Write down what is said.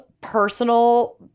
personal